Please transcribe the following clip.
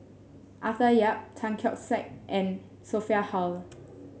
Arthur Yap Tan Keong Saik and Sophia Hull